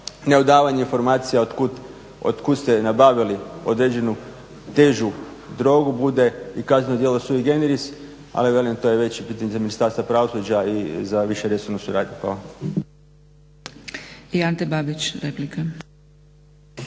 ne odavanje informacija od kuda ste nabavili određenu težu drogu bude i kazneno djelo sui generis ali velim to je već … u Ministarstvo pravosuđa i za višu resornu suradnju. Hvala.